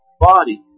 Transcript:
body